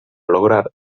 lograr